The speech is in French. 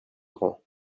grand